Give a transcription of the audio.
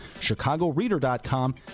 chicagoreader.com